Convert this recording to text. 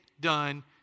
done